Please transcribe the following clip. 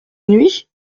nuit